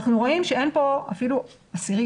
אנחנו רואים שאין פה אפילו עשירית.